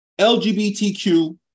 LGBTQ